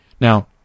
Now